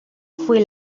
fue